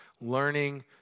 learning